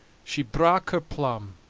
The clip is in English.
she brak her plum,